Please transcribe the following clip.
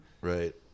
right